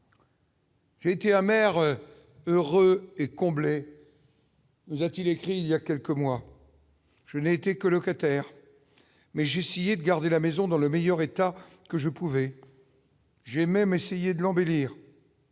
J'étais amer heureux et comblé, nous a-t-il écrit, il y a quelques mois je n'étaient que locataires mais j'de garder la maison, dans le meilleur état que je pouvais. J'ai même essayé de l'embellir.